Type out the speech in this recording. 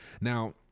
now